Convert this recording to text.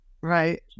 Right